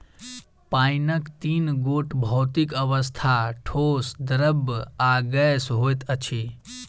पाइनक तीन गोट भौतिक अवस्था, ठोस, द्रव्य आ गैस होइत अछि